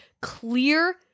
clear